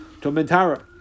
tomentara